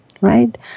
right